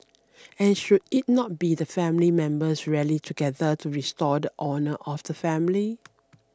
and should it not be that family members rally together to restore the honour of the family